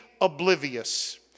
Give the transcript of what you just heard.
oblivious